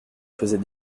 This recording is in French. faisait